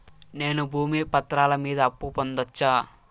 నేను భూమి పత్రాల మీద అప్పు పొందొచ్చా?